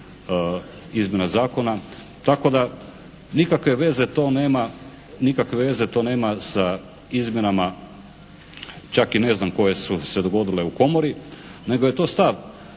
izmjena zakona, tako da nikakve veze to nema sa izmjenama čak i ne znam koje su se dogodile u Komori, nego je to stav.